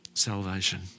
salvation